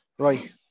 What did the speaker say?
Right